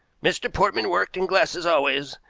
mr. portman worked in glasses always,